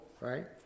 right